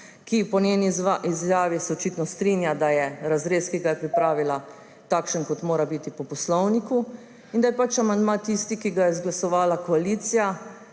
se, po njeni izjavi [sodeč], očitno strinja, da je razrez, ki ga je pripravila, takšen, kot mora biti po poslovniku, in da je amandma, tisti, ki ga je izglasovala koalicija